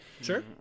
Sure